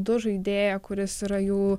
du žaidėją kuris yra jų